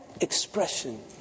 expression